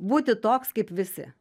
būti toks kaip visi